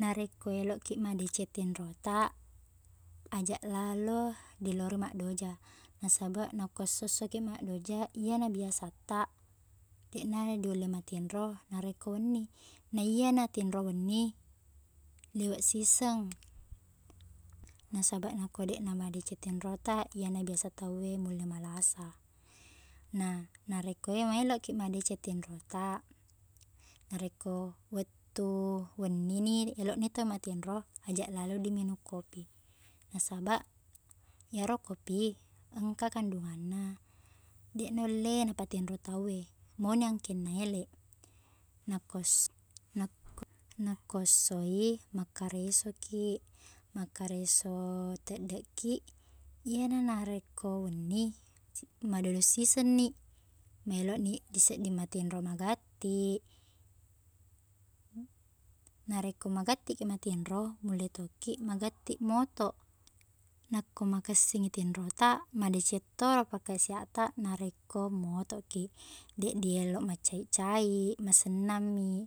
Narekko eloqki madeceng tinrota ajaq lalo dilorong maddoja nasaba nako essossoki maddoja iyena biasatta deqna diulle matinro narekko wenni naiyena tinro wenni liweq siseng nasabaq nako deqna madeceng tinrota iyena biasa tau e mulle malasa nah narekko e- maeloqki madeceng tinrota narekko wettu wennini eloqni tau e matinro ajaq lalo diinung kopi nasaba iyaro kopi engka kandunganna deq nulle napatinro tau e mauni angkenna eleq nako ess nako- nako esso i makkaresoki makkareso teddeqkiq iyena narekko wenni madodong sisengniq maeloqniq disedding matinro magatti narekko magattikiq matinro mulle to ki magatti motoq nakko makessing i tinrota madeceng toro pakkasihattaq narekko motoqkiq deq dieloq macaiq-caiq masennangmiq